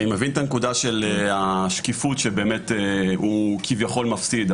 אני מבין את הנקודה של השקיפות שבאמת הוא כביכול מפסיד.